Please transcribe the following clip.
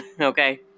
okay